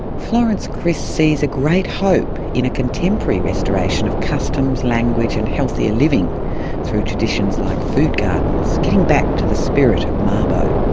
florence kris sees a great hope in a contemporary restoration of customs, language and healthier living through traditions like food gardens, getting back to the spirit of mabo.